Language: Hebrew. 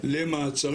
לפני שמגיעים למשטרה.